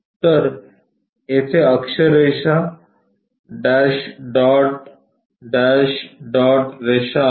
तर तेथे अक्ष रेषा डॅश डॉट डॅश डॉट रेषा आहेत